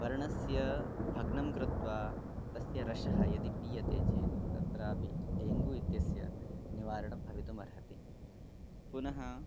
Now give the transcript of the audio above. पर्णस्य भग्नं कृत्वा तस्य रसः यदि पीयते चेत् तत्रापि डेङ्ग्यू इत्यस्य निवारणं भवितुम् अर्हति पुनः